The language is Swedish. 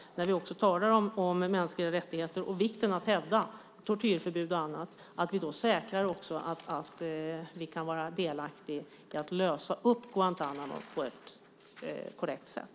Och när vi talar om mänskliga rättigheter och vikten av att hävda tortyrförbud och annat handlar det också om att säkra att vi kan vara delaktiga i att lösa upp Guantánamo på ett korrekt sätt.